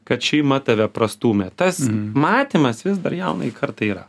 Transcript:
kad šeima tave prastūmė tas matymas vis dar jaunai kartai yra